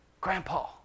Grandpa